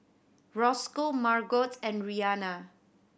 Roscoe Margot and Reanna